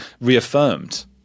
reaffirmed